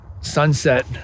sunset